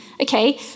Okay